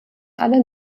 alle